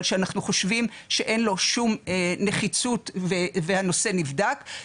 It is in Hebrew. שאנחנו חושבים שאין לו שום נחיצות והנושא נבדק.